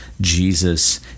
Jesus